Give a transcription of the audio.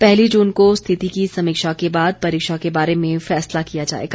पहली जून को स्थिति की समीक्षा के बाद परीक्षा के बारे में फैसला किया जायेगा